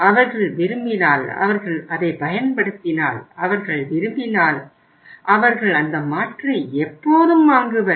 அவர்கள் விரும்பினால் அவர்கள் அதைப் பயன்படுத்தினால் அவர்கள் விரும்பினால் அவர்கள் அந்த மாற்றை எப்போதும் வாங்குவர்